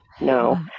No